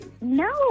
no